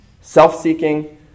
Self-seeking